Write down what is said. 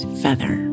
feather